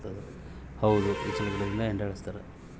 ಈಚಲು ಗಿಡದಿಂದ ಹೆಂಡ ಇಳಿಸ್ತಾರ ಇದೊಂದು ಸಾಂಪ್ರದಾಯಿಕ ಪಾನೀಯ ಮತ್ತು ಬರಸ್ತಾದ